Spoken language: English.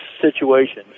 situations